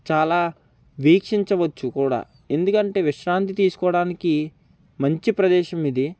చాలా వీక్షించవచ్చు కూడా ఎందుకంటే విశ్రాంతి తీసుకోవడానికి మంచి ప్రదేశం ఇది